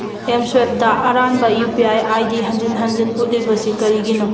ꯑꯦꯝꯁ꯭ꯋꯦꯞꯇ ꯑꯔꯥꯟꯕ U P I I D ꯍꯟꯖꯤꯟ ꯍꯟꯖꯤꯟ ꯎꯠꯂꯤꯕꯁꯤ ꯀꯔꯤꯒꯤꯅꯣ